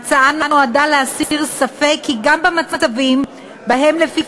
ההצעה נועדה להסיר ספק שגם במצבים שבהם לפי